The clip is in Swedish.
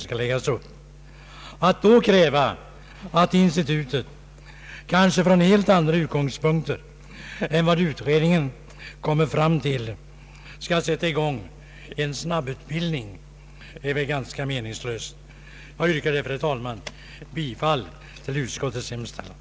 Att nu kräva att institutet skall sätta i gång en snabbutbildning, kanske från helt andra utgångspunkter än utredningen kan komma fram till, är väl ganska meningslöst. Jag vill därför, herr talman, yrka bifall till utskottets förslag.